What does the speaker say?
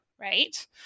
right